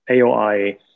AOI